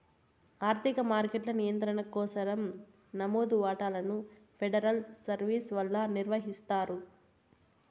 ఆర్థిక మార్కెట్ల నియంత్రణ కోసరం నమోదు వాటాలను ఫెడరల్ సర్వీస్ వల్ల నిర్వహిస్తారు